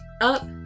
up